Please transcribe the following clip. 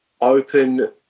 open